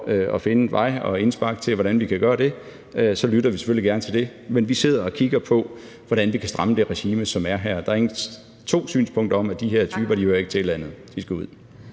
at finde en vej og har indspark til, hvordan vi kan gøre det, lytter vi selvfølgelig gerne til det. Men vi sidder og kigger på, hvordan vi kan stramme det regime, der er her. Der er ikke to synspunkter om, at de her typer ikke hører til i landet.